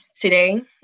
today